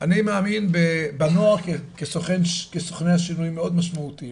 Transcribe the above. אני מאמין בנוער כסוכני השינויים מאוד משמעותיים